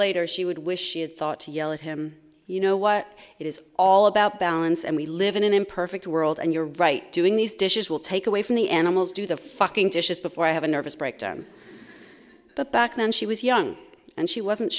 later she would wish she had thought to yell at him you know what it is all about balance and we live in an imperfect world and you're right doing these dishes will take away from the animals do the fucking dishes before i have a nervous breakdown but back then she was young and she wasn't